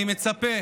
אני מצפה